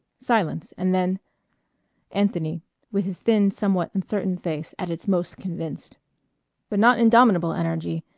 silence, and then anthony with his thin, somewhat uncertain face at its most convinced but not indomitable energy.